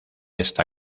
esta